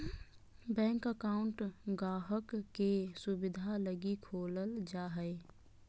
bank account गाहक़ के सुविधा लगी खोलल जा हय